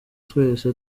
twese